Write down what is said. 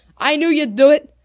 i knew you'd do it.